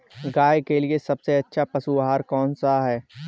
गाय के लिए सबसे अच्छा पशु आहार कौन सा है?